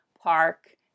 park